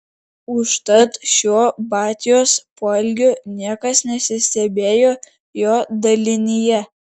užtat šiuo batios poelgiu niekas nesistebėjo jo dalinyje